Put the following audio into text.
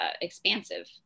expansive